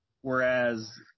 Whereas